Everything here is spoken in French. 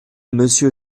monsieur